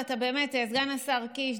סגן השר קיש,